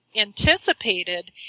anticipated